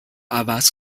عوض